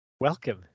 Welcome